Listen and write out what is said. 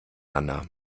erna